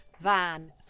Van